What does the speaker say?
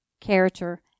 character